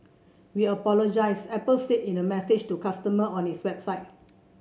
we apologise Apple said in a message to customer on its website